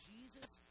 Jesus